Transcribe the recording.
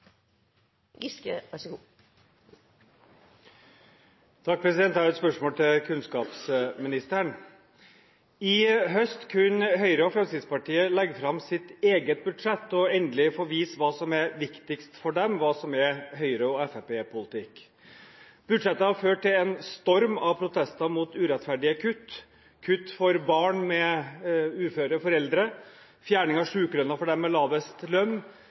Jeg har et spørsmål til kunnskapsministeren. I høst kunne Høyre og Fremskrittspartiet legge fram sitt eget budsjett og endelig få vist hva som er viktigst for dem, hva som er Høyre- og Fremskrittsparti-politikk. Budsjettet har ført til en storm av protester mot urettferdige kutt: kutt for barn med uføre foreldre, fjerning av sykelønnen for dem med lavest lønn,